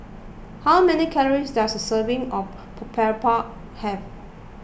how many calories does a serving of Boribap have